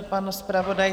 Pan zpravodaj?